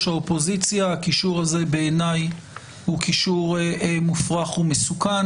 האופוזיציה הקישור הזה בעיני הוא קישור מופרך ומסוכן.